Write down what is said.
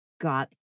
got